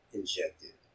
injected